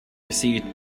received